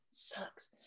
sucks